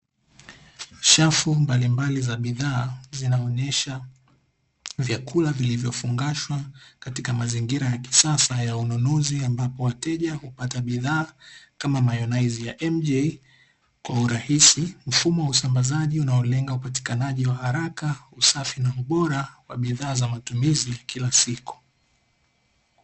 Safu mbalimbali za bidhaa zinaonesha vyakula vilivyofungashwa katika mazingira ya kisasa ya ununuzi ambapo, wateja hupata bidhaa kama 'mayonnaise" ya 'm j' kwa urahisi mfumo wa usambazaji unaolenga upatikanaji wa haraka usafi na ubora wa bidhaa za matumizi ya kila siku.